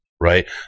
right